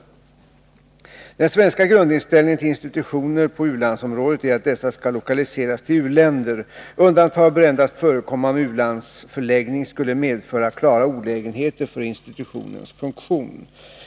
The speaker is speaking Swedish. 19 Den svenska grundinställningen till institutioner på u-landsområdet är att dessa skall lokaliseras till u-länder. Undantag bör endast förekomma om u-landsförläggning skulle medföra klara olägenheter för institutionens funktion.